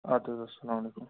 اَدٕ حظ السلام علیکُم